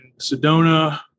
Sedona